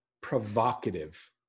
provocative